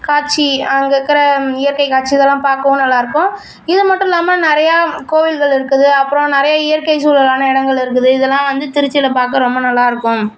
காட்சி அங்கே இருக்கிற இயற்கை காட்சிகளை பார்க்கவும் நல்லாருக்கும் இது மட்டும் இல்லாமல் நிறைய கோயில்கள் இருக்குது அப்புறம் நிறைய இயற்கை சூழலான இடங்கள் இருக்குது இதெல்லாம் வந்து திருச்சியில பார்க்க ரொம்ப நல்லாருக்கும்